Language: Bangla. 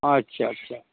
আচ্ছা আচ্ছা